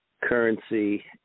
currency